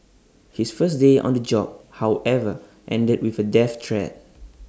his first day on the job however ended with A death threat